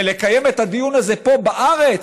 ויקיימו את הדיון הזה פה בארץ,